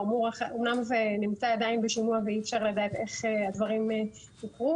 הוא אומנם נמצא עדיין בשימוע ואי-אפשר לדעת איך הדברים יקרו,